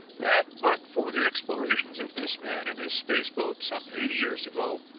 that, but for the explorations of this man and his space-boat, some eighty years ago,